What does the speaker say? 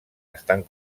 estan